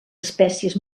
espècies